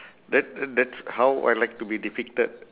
that that's how I like to be depicted